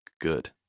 good